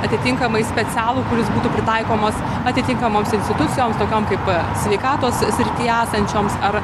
atitinkamai specialų kuris būtų pritaikomas atitinkamoms institucijoms tokiom kaip sveikatos srityje esančioms ar